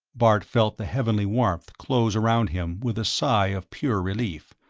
bart felt the heavenly warmth close around him with a sigh of pure relief,